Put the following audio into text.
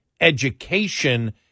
education